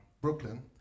Brooklyn